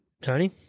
Tony